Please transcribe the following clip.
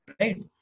Right